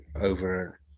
over